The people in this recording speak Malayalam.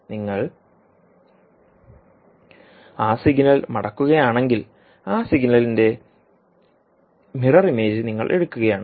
നിങ്ങൾ ആ സിഗ്നൽ മടക്കുകയാണെങ്കിൽ ആ സിഗ്നലിന്റെ മിറർ ഇമേജ് നിങ്ങൾ എടുക്കുകയാണ്